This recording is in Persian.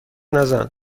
نزن